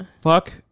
Fuck